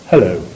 Hello